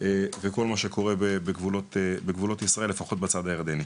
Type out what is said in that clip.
וכל מה שקורה בגבולות ישראל, לפחות בצד הירדני.